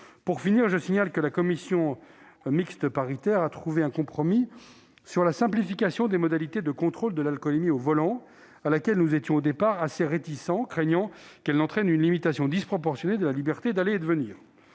Pour finir, je signale que la commission mixte paritaire a trouvé un compromis sur la simplification des modalités de contrôles d'alcoolémie au volant, à laquelle nous étions au départ assez réticents, craignant qu'elle n'entraîne une limitation disproportionnée de la liberté d'aller et venir.